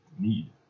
need